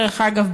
דרך אגב,